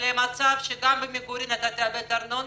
האם אתה נערך למצב שגם במגורים תאבד ארנונה?